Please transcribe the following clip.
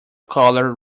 color